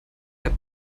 app